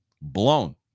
Blown